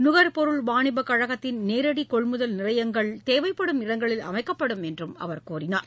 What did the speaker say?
நுகர்பொருள் வாணிபக் கழகத்தின் நேரடி கொள்முதல் நிலையங்கள் தேவைப்படும் இடங்களில் அமைக்கப்படும் என்றும் அவர் கூறினார்